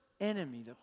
enemy